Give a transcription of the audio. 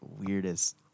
weirdest